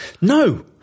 no